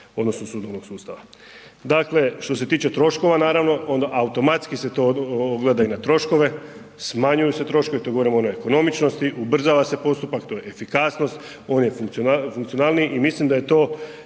odnosno sudbenog sustava. Dakle, što se tiče troškova naravno onda automatski se to ogleda i na troškove, smanjuju se troškovi to govorimo o neekonomičnosti, ubrzava se postupak to je efikasnost on je funkcionalniji i mislim da je to